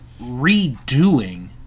redoing